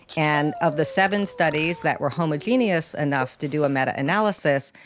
and of the seven studies that were homogeneous enough to do a meta-analysis,